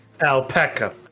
Alpaca